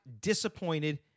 disappointed